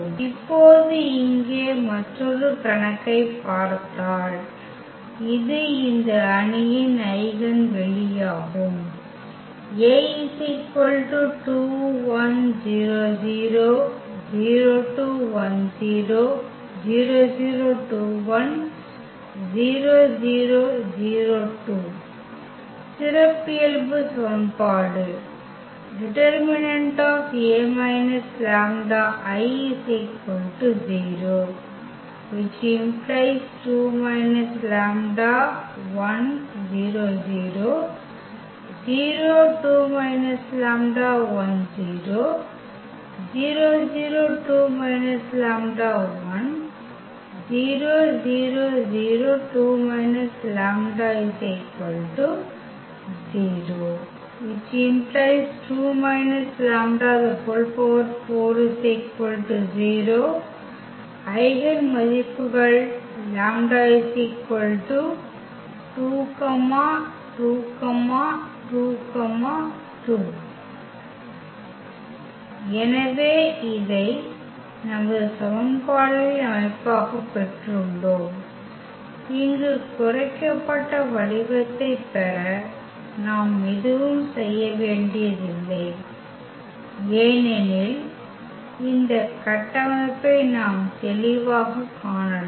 இப்போது இங்கே மற்றொரு கணக்கைப் பார்த்தால் இது இந்த அணியின் ஐகென் வெளியாகும் சிறப்பியல்பு சமன்பாடு ⇒ 2 − λ4 0 ஐகென் மதிப்புகள் λ 2 2 2 2 எனவே இதை நமது சமன்பாடுகளின் அமைப்பாகப் பெற்றுள்ளோம் இங்கு குறைக்கப்பட்ட வடிவத்தைப் பெற நாம் எதுவும் செய்ய வேண்டியதில்லை ஏனெனில் இந்த கட்டமைப்பை நாம் தெளிவாகக் காணலாம்